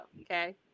okay